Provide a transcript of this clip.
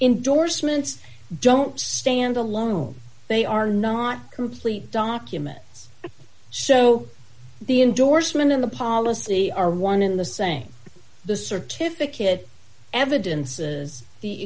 indorsements don't stand alone they are not complete documents so the endorsement on the policy are one in the same the certificate evidences the